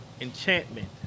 enchantment